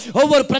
over